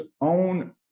own